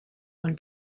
when